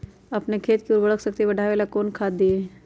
अपन खेत के उर्वरक शक्ति बढावेला कौन खाद दीये?